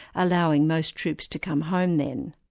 allowing most troops to come home then.